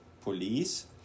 police